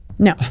No